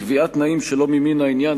קביעת תנאים שלא ממין העניין),